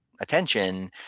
attention